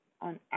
on